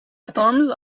storms